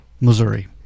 Missouri